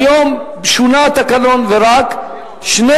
כיום שונה התקנון ורק שני